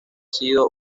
sido